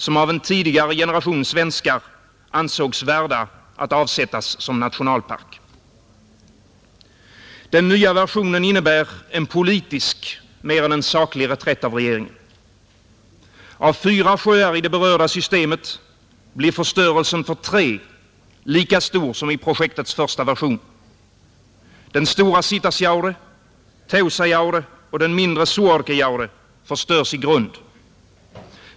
som av en tidigare generation svenskar ansågs värda att avsättas som nationalpark. Den nya versionen innebär en politisk mer än en saklig reträtt av regeringen. Av fyra sjöar i det berörda systemet blir förstörelsen för tre lika stor som i projektets första version, Den stora Sitasjaure, Teusajaure och den mindre Suorkejaure förstörs i grund.